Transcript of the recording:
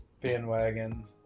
bandwagon